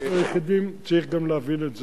אנחנו היחידים, צריך גם להבין את זה.